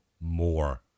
More